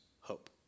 hope